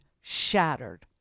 shattered